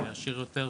שיהיה ישיר יותר,